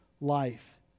life